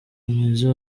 mwiza